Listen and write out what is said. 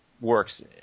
works